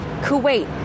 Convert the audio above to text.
Kuwait